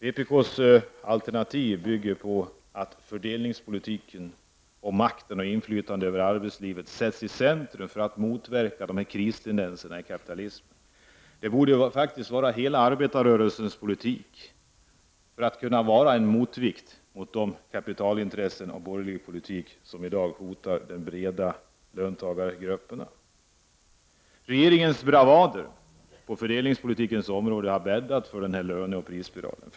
Vpk:s alternativ bygger på att fördelningspolitiken samt makten och inflytandet över arbetslivet sätts i centrum för att motverka kapitalismens kristendenser. Det borde vara hela arbetarrörelsens politik för att kunna utgöra en motvikt mot de kapitalintressen och den borgerliga politik som i dag hotar de breda löntagargrupperna. Regeringens bravader på fördelningspolitikens område har bäddat för löneoch prisspiralen.